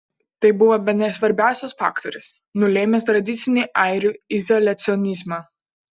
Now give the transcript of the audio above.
tai buvo bene svarbiausias faktorius nulėmęs tradicinį airių izoliacionizmą